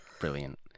Brilliant